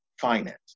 finance